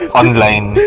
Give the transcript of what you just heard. online